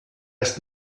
ist